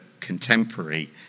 contemporary